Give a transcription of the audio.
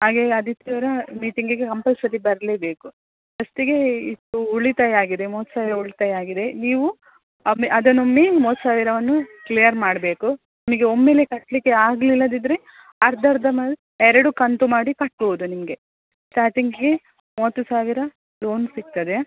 ಹಾಗೆ ಆದಿತ್ಯವಾರ ಮೀಟಿಂಗಿಗೆ ಕಂಪಲ್ಸರಿ ಬರಲೇಬೇಕು ಫಸ್ಟಿಗೆ ಇಷ್ಟು ಉಳಿತಾಯ ಆಗಿದೆ ಮೂವತ್ತು ಸಾವಿರ ಉಳಿತಾಯ ಆಗಿದೆ ನೀವು ಅಮೆ ಅದನ್ನೊಮ್ಮೆ ಮೂವತ್ತು ಸಾವಿರವನ್ನು ಕ್ಲಿಯರ್ ಮಾಡಬೇಕು ನಿಮಗೆ ಒಮ್ಮೆಲೆ ಕಟ್ಲಿಕ್ಕೆ ಆಗ್ಲಿಲ್ಲದಿದ್ದರೆ ಅರ್ಧ ಅರ್ಧ ಮ ಎರಡು ಕಂತು ಮಾಡಿ ಕಟ್ಬೌದು ನಿಮಗೆ ಸ್ಟಾರ್ಟಿಂಗಿಗೆ ಮೂವತ್ತು ಸಾವಿರ ಲೋನ್ ಸಿಗ್ತದೆ